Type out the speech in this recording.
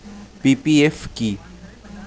PPF কি?